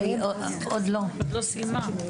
האלה את המדיניות בהתייחס לחוק המצלמות,